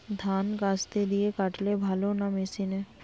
ধান কাস্তে দিয়ে কাটলে ভালো না মেশিনে?